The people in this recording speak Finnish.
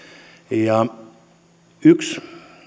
yksi